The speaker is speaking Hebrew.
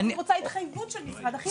אני רוצה התחייבות של משרד החינוך.